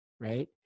right